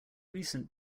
recent